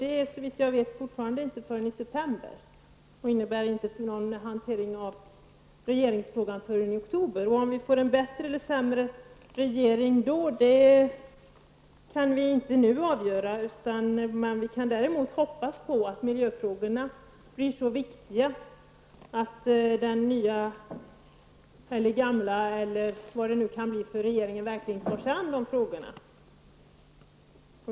Det är såvitt jag vet inte förrän i september, vilket innebär att regeringsfrågan kommer att hanteras först i oktober. Om vi får en bättre eller sämre regering då, kan vi inte avgöra nu. Vi kan däremot hoppas på att miljöfrågorna blir så viktiga att den nya regeringen, vilken det nu kan bli, verkligen tar sig an de frågorna.